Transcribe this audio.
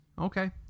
Okay